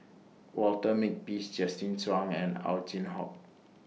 Walter Makepeace Justin Zhuang and Ow Chin Hock